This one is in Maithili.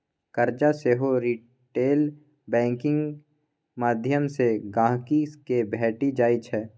करजा सेहो रिटेल बैंकिंग माध्यमसँ गांहिकी केँ भेटि जाइ छै